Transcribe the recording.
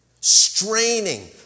straining